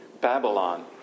Babylon